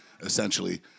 essentially